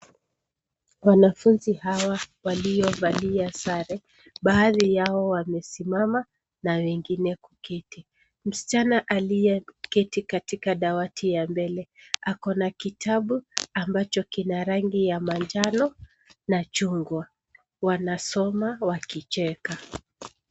Wanafunzi hawa waliovalia sare. Baadhi yao wamesimama na wengine kuketi. Msichana aliyeketi katika dawati ya mbele ako na kitabu ambacho kina rangi ya manjano na chungwa. Wanasoma wakicheka.